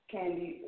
Candy